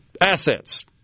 assets